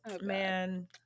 man